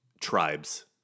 tribes